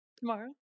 tomorrow